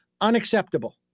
unacceptable